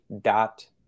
dot